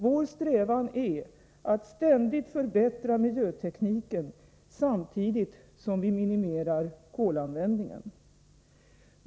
Vår strävan är att ständigt förbättra miljötekniken samtidigt som vi minimerar kolanvändningen.